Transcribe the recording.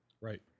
Right